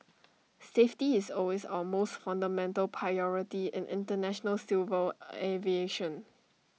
safety is always our most fundamental priority in International civil aviation